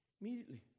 immediately